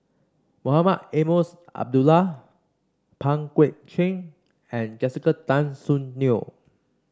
Mohamed Eunos Abdullah Pang Guek Cheng and Jessica Tan Soon Neo